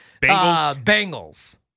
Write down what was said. Bengals